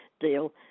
deal